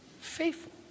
Faithful